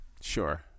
Sure